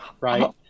right